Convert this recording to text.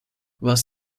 was